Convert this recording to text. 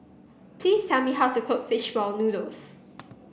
please tell me how to cook fish ball noodles